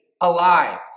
alive